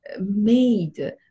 made